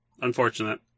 unfortunate